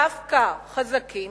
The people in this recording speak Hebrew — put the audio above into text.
דווקא חזקים,